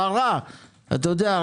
אתה יודע,